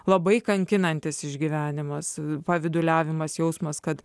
labai kankinantis išgyvenimas pavyduliavimas jausmas kad